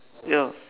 hello